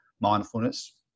Mindfulness